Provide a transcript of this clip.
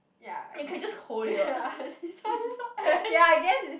ya I can ya I guess is